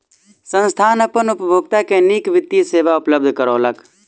संस्थान अपन उपभोगता के नीक वित्तीय सेवा उपलब्ध करौलक